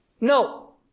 No